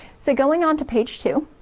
so going on to page two